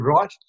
right